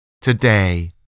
today